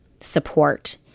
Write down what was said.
support